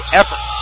effort